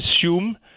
assume